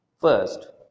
First